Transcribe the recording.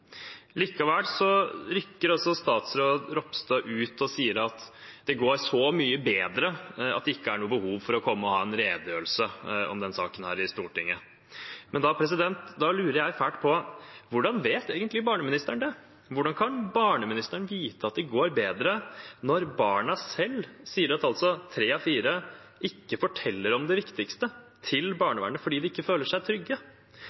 Likevel rykker statsråd Ropstad ut og sier at det går så mye bedre at det ikke er noe behov for å komme og ha en redegjørelse om den saken her i Stortinget. Men da lurer jeg fælt på: Hvordan vet egentlig barneministeren det? Hvordan kan barneministeren vite at det går bedre når, ut fra det barna selv sier, tre av fire ikke forteller om det viktigste til barnevernet fordi de ikke føler seg trygge?